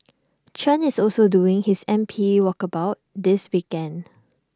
Chen is also doing his M P walkabouts this weekend